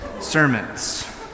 sermons